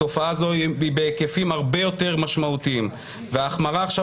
התופעה הזו היא בהיקפים הרבה יותר משמעותיים וההחמרה עכשיו